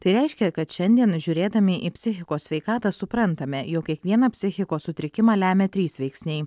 tai reiškia kad šiandien žiūrėdami į psichikos sveikatą suprantame jog kiekvieną psichikos sutrikimą lemia trys veiksniai